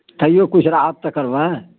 तैयो किछु राहत तऽ करबै